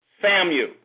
Samuel